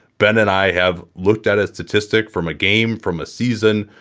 ben and i have looked at a statistic from a game, from a season,